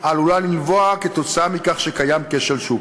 העלולה לנבוע כתוצאה מכך שקיים כשל שוק.